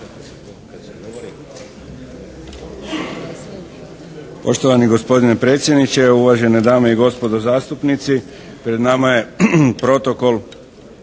Poštovani gospodine predsjedniče, uvažene dame i gospodo zastupnici. Pred nama je Protokol